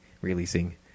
releasing